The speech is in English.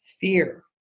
fear